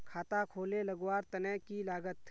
खाता खोले लगवार तने की लागत?